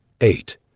eight